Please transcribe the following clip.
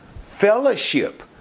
fellowship